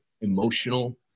emotional